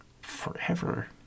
forever